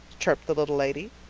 chirped the little lady.